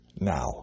now